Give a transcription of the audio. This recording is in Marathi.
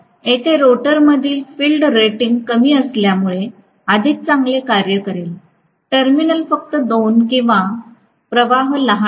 येथे रोटरमधील फील्ड रेटिंग कमी असल्यामुळे अधिक चांगले कार्य करेल टर्मिनल फक्त 2 आणि प्रवाह लहान आहेत